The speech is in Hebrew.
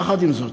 יחד עם זאת,